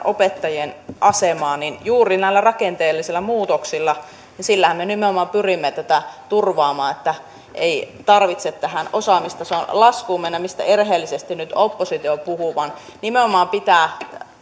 opettajien asemasta juuri näillä rakenteellisilla muutoksillahan me nimenomaan pyrimme tätä turvaamaan että ei tarvitse tähän osaamistason laskuun mennä mistä erheellisesti nyt oppositio puhuu vaan nimenomaan pitää